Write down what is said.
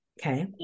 Okay